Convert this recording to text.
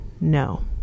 No